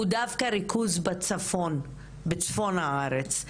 הוא דווקא בצפון הארץ,